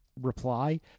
reply